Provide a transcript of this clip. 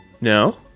No